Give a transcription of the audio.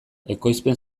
ekoizpen